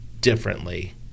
differently